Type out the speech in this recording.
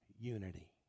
unity